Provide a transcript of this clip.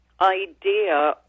idea